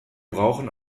brauchen